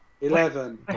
eleven